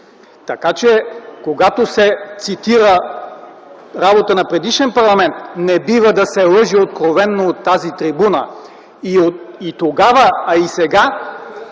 Така че, когато се цитира работа на предишен парламент, не бива да се лъже откровено от тази трибуна. И тогава, а и сега